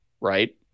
Right